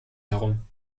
herum